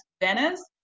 Venice